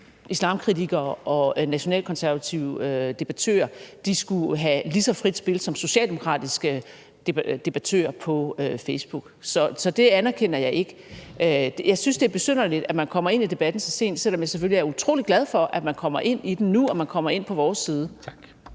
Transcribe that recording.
islamkritikere og nationalkonservative debattører skulle have lige så frit spil som socialdemokratiske debattører på Facebook. Så det anerkender jeg ikke. Jeg synes, det er besynderligt, at man kommer ind i debatten så sent, selv om jeg selvfølgelig er utrolig glad for, at man kommer ind i den nu, og at man kommer ind i den på vores side.